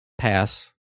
pass